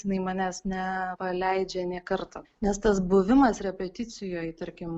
jinai manęs nepaleidžia nė karto nes tas buvimas repeticijoj tarkim